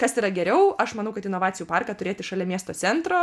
kas yra geriau aš manau kad inovacijų parką turėti šalia miesto centro